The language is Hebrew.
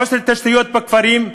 חוסר תשתיות בכפרים,